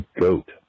goat